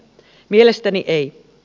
mielestäni ei